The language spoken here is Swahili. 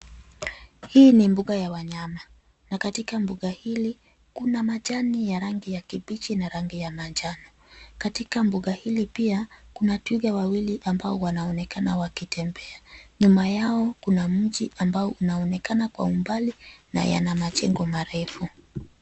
Hii ni mbuga ya wanyama, na katika mboga hili kuna majani ya rangi ya kibichi na rangi ya manjano. Katika mbuga hili pia kuna twiga wawili ambao wanaonekana wakitembea. Nyuma yao kuna mji ambao unaonekana kwa umbali na yana majengo marefu.